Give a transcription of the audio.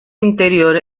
interior